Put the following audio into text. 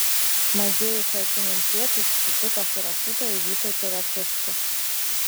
mažieji šalčininkiečiai susitiko su rašytoju vytautu račicku